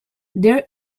there